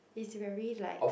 is very like